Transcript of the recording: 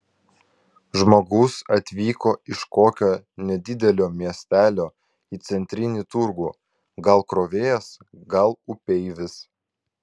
žmogus atvyko iš kokio nedidelio miestelio į centrinį turgų gal krovėjas gal upeivis